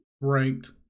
ranked